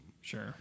Sure